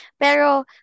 Pero